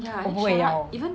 我不会要